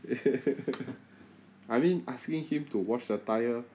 I mean asking him to wash the tyre